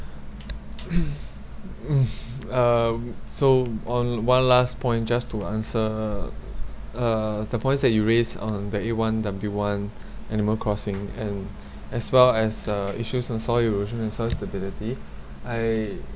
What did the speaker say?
uh so on one last point just to answer uh the points that you raised on the A one W one animal crossing and as well as uh issues on soil erosion and soil stability I